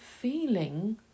feeling